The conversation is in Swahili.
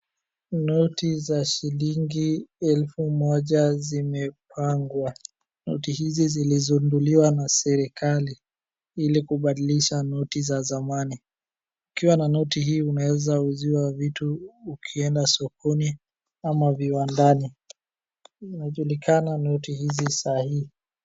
Noti za shilingi elfu moja zimepangwa. Noti hizi zilizinduliwa na serikali ili kubadilisha noti za zamani. Ukiwa na noti hii unaeza uziwa vitu ukieda sokoni ama viwandani, inajulikana noti hizi sai.